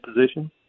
position